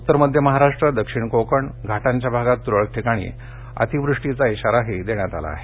उत्तर मध्य महाराष्ट्र दक्षिण कोकण घाटांच्या भागात तुरळक ठिकाणी अतिवृष्टीचा इशाराही देण्यात आला आहे